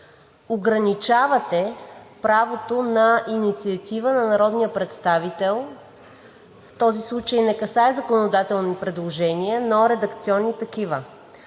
ограничавате правото на инициатива на народния представител. Този случай не касае законодателни предложения, но редакционни такива.